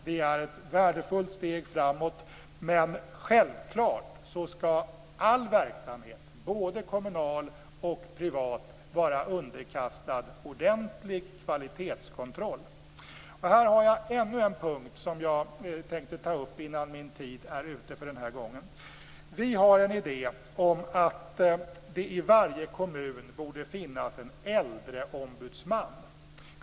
Det är ett värdefullt steg framåt, men självfallet skall all verksamhet, både kommunal och privat, vara underkastad en ordentlig kvalitetskontroll. Jag har ännu en punkt som jag tänkte ta upp innan min tid är ute för den här gången. Vi har en idé om att det i varje kommun borde finnas en äldreombudsman.